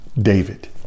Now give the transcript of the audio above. David